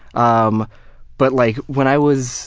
um but like when i was